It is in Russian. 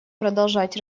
продолжать